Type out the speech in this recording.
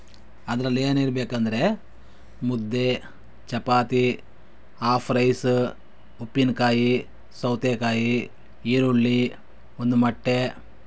ಅದರಲ್ಲಿ ಏನಿರ್ಬೇಕಂದ್ರೆ ಮುದ್ದೆ ಚಪಾತಿ ಹಾಫ್ ರೈಸ ಉಪ್ಪಿನಕಾಯಿ ಸೌತೆಕಾಯಿ ಈರುಳ್ಳಿ ಒಂದು ಮೊಟ್ಟೆ